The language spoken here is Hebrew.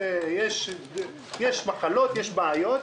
שיש מחלות ויש בעיות,